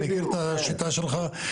אני מכיר את השיטה שלך,